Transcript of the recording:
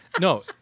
No